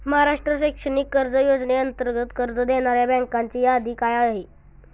महाराष्ट्र शैक्षणिक कर्ज योजनेअंतर्गत कर्ज देणाऱ्या बँकांची यादी काय आहे?